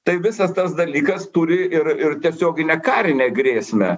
tai visas tas dalykas turi ir ir tiesioginę karinę grėsmę